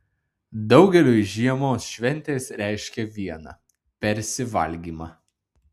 daugeliui žiemos šventės reiškia viena persivalgymą